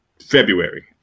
February